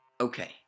Okay